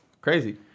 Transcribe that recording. crazy